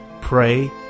pray